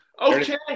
Okay